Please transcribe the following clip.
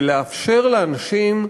ולאפשר לאנשים,